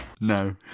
No